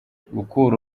gukura